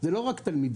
זה לא רק תלמידים,